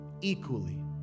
equally